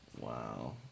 wow